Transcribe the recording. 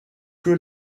que